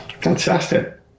Fantastic